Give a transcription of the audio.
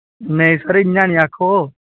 नेईं सर इ'यां नेईं आक्खो